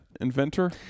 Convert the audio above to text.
Inventor